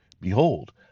behold